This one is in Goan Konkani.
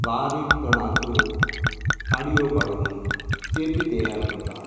बारीक तणाच्यो काडयो काडून चेपीं तयार करतात